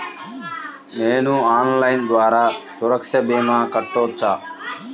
నేను ఆన్లైన్ ద్వారా సురక్ష భీమా కట్టుకోవచ్చా?